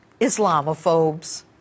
Islamophobes